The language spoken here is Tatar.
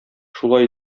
шулай